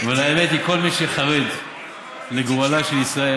אבל האמת היא שכל מי שחרד לגורלה של ישראל